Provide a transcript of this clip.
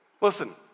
Listen